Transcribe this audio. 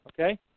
Okay